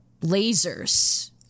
Lasers